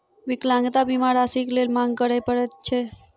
विकलांगता बीमा राशिक लेल मांग करय पड़ैत छै